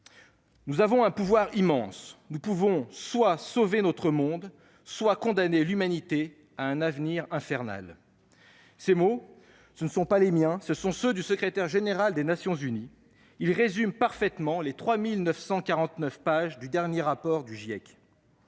Nous avons un pouvoir immense. Nous pouvons soit sauver notre monde, soit condamner l'humanité à un avenir infernal. » Ces mots ne sont pas les miens, mais ceux du secrétaire général des Nations unies. Ils résument parfaitement les 3 949 pages du dernier rapport du GIEC.